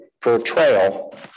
portrayal